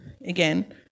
again